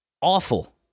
awful